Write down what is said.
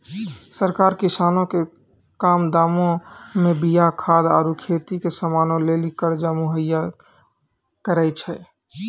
सरकार किसानो के कम दामो मे बीया खाद आरु खेती के समानो लेली कर्जा मुहैय्या करै छै